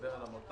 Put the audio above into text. מדבר על עמותה